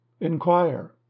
inquire